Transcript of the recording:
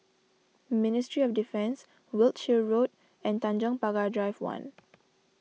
Ministry of Defence Wiltshire Road and Tanjong Pagar Drive one